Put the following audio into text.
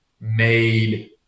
made